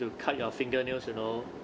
you cut your fingernails you know